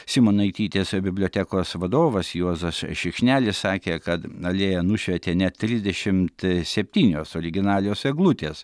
simonaitytės bibliotekos vadovas juozas šikšnelis sakė kad alėją nušvietė net trisdešimt septynios originalios eglutės